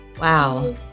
Wow